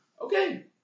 Okay